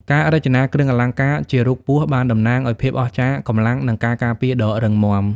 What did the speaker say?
ការរចនាគ្រឿងអលង្ការជារូបពស់បានតំណាងឱ្យភាពអស្ចារ្យ កម្លាំង និងការការពារដ៏រឹងមាំ។